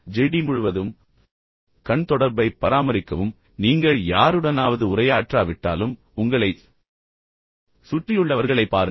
GT முழுவதும் கண் தொடர்பைப் பராமரிக்கவும் எனவே நீங்கள் யாருடனாவது உரையாற்றாவிட்டாலும் உங்களைச் சுற்றியுள்ளவர்களைப் பாருங்கள்